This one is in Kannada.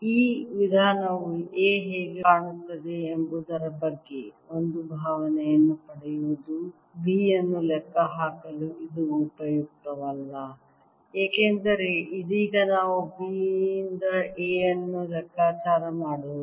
ಈ ವಿಧಾನವು A ಹೇಗೆ ಕಾಣುತ್ತದೆ ಎಂಬುದರ ಬಗ್ಗೆ ಒಂದು ಭಾವನೆಯನ್ನು ಪಡೆಯುವುದು B ಅನ್ನು ಲೆಕ್ಕಹಾಕಲು ಇದು ಉಪಯುಕ್ತವಲ್ಲ ಏಕೆಂದರೆ ಇದೀಗ ನಾವು B ಯಿಂದ A ಅನ್ನು ಲೆಕ್ಕಾಚಾರ ಮಾಡುವುದು